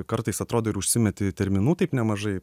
kartais atrodo ir užsimeti terminų taip nemažai